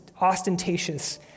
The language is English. ostentatious